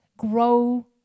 grow